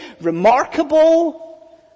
remarkable